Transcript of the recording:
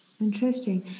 Interesting